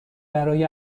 برای